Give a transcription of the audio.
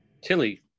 Tilly